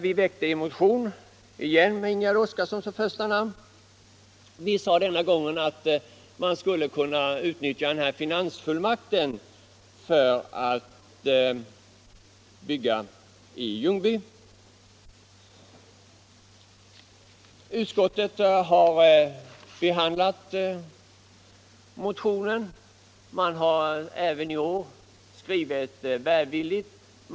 Vi väckte återigen en motion, med Ingegärd Oskarsson som första namn, där vi framhöll att man borde kunna utnyttja den finansfullmakt som riksdagen lämnat regeringen för att bygga i Ljungby. Utskottet har i sin behandling av motionen även i år gjort en välvillig skrivning.